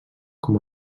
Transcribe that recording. com